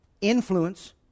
influence